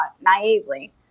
naively